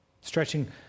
stretching